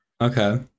okay